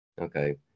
Okay